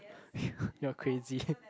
you're crazy